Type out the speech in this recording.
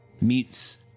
meets